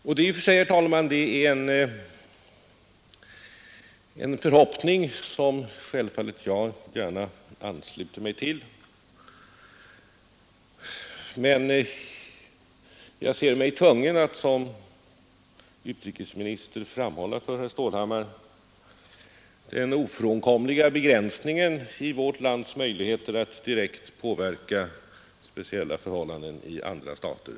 Det är i och för sig, herr talman, en förhoppning som självfallet jag gärna ansluter mig till, men jag ser mig tvungen att såsom utrikesminister framhålla för herr Stålhammar den ofrånkomliga begränsningen i vårt lands möjligheter att direkt påverka speciella förhållanden i andra stater.